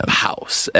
house